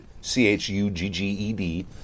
C-H-U-G-G-E-D